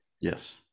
Yes